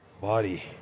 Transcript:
body